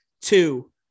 two